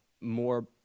more